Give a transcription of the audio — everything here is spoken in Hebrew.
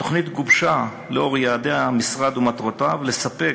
התוכנית הוגשה לאור יעדי המשרד ומטרותיו לספק